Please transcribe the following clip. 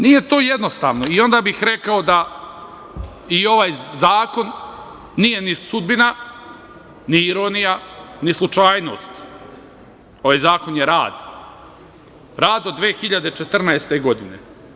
Nije to jednostavno, i onda bih rekao da i ovaj zakon nije ni sudbina, ni ironija, ni slučajnost, ovaj zakon je rad, rad od 2014. godine.